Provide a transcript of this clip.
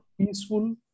peaceful